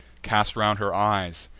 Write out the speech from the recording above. cast round her eyes,